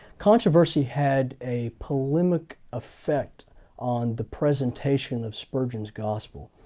controversy had a polemic effect on the presentation of spurgeon's gospel.